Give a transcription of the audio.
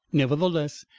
nevertheless,